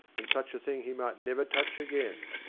and such a thing he might never touch again.